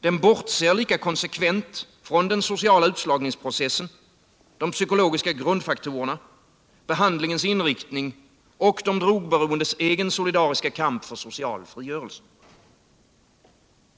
Den bortser lika konsekvent från den sociala utslagningsprocessen, de psykologiska faktorerna, behandlingens inriktning och de drogberoendes egen solidariska kamp för social frigörelse.